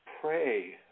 pray